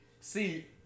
See